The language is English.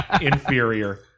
inferior